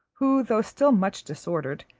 who, though still much disordered,